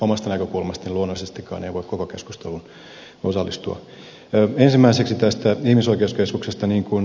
omasta näkökulmastani luonnollisestikaan en voi koko keskusteluun osallistua